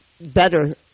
better